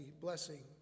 blessing